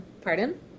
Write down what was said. pardon